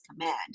command